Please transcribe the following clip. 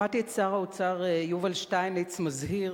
שמעתי את שר האוצר יובל שטייניץ מזהיר